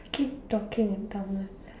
keep talking in Tamil